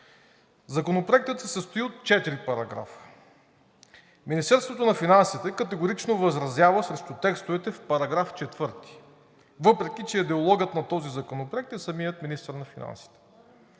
Законопроектът се състои от четири параграфа. Министерството на финансите категорично възразява срещу текстовете в § 4, въпреки че идеологът на този законопроект е самият министър на финансите.